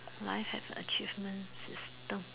life have achievement system